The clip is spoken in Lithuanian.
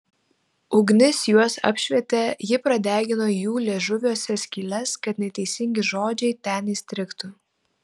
ugnis juos apšvietė ji pradegino jų liežuviuose skyles kad neteisingi žodžiai ten įstrigtų